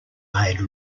made